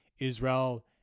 Israel